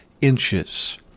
inches